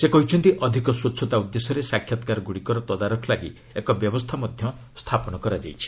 ସେ କହିଛନ୍ତି ଅଧିକ ସ୍ପଚ୍ଛତା ଉଦ୍ଦେଶ୍ୟରେ ସାକ୍ଷାତକାରଗ୍ରଡ଼ିକର ତଦାରଖ ଲାଗି ଏକ ବ୍ୟବସ୍ଥା ମଧ୍ୟ ସ୍ଥାପନ କରାଯାଇଛି